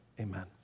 amen